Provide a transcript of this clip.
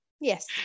yes